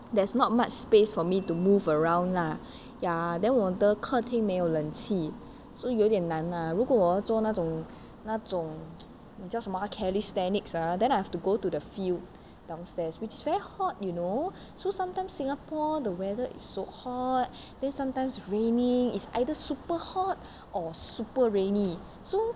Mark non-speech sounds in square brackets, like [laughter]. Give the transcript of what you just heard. there's not much space for me to move around lah ya then 我的客厅没有冷气所以有点难 lah 如果我要做那种那种 [noise] 你叫什么 calisthenics ah then I have to go to the field downstairs which is very hot you know so sometimes singapore the weather is so hot then sometimes raining is either super hot or super rainy so